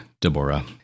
Deborah